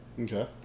Okay